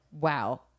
wow